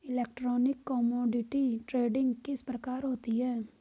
Electronic commodity trading किस प्रकार होती है?